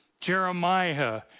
Jeremiah